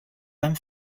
beim